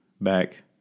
back